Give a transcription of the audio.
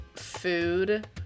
food